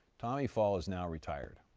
tommy fall is now retired.